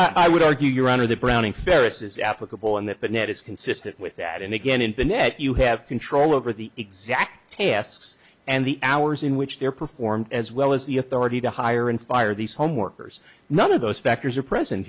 i would argue your honor the browning ferrous is applicable in that the net is consistent with that and again in the net you have control over the exact tasks and the hours in which they're performed as well as the authority to hire and fire these home workers none of those factors are present